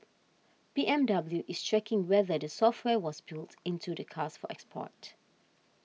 B M W is checking whether the software was built into the cars for export